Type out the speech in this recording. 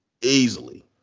easily